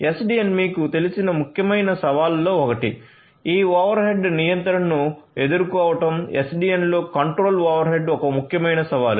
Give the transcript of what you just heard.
SDN మీకు తెలిసిన ముఖ్యమైన సవాళ్ళలో ఒకటి ఈ ఓవర్ హెడ్ నియంత్రణను ఎదుర్కోవడం SDN లో కంట్రోల్ ఓవర్ హెడ్ ఒక ముఖ్యమైన సవాలు